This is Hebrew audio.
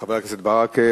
לחבר הכנסת ברכה.